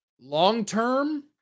Long-term